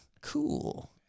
Cool